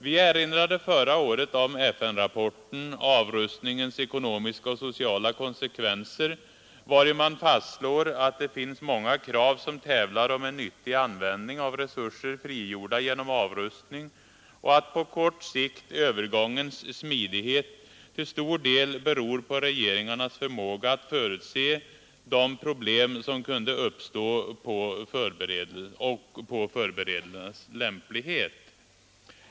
Vi erinrade förra året om FN-rapporten Avrustningens ekonomiska och sociala konsekvenser, vari man fastslår att det finns många krav som tävlar om en nyttig användning av resurser, frigjorda genom avrustning och att på kort sikt övergångens smidighet till stor del beror på regeringarnas förmåga att förutse de problem som kunde uppstå och på förberedelsernas lämplighet.